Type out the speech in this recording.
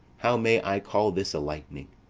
how may i call this a lightning?